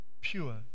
pure